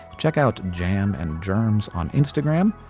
check out jam and germs on instagram.